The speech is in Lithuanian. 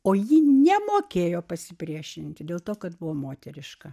o ji nemokėjo pasipriešinti dėl to kad buvo moteriška